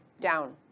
down